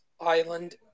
island